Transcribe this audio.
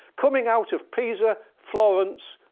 coming out of pisa, florence,